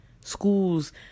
schools